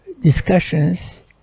discussions